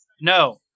No